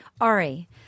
Ari